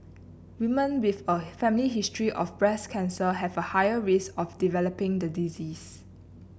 women with a family history of breast cancer have a higher risk of developing the disease